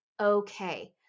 okay